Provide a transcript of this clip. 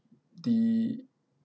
the